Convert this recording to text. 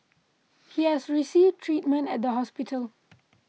he has received treatment at the hospital